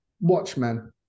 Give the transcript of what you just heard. Watchmen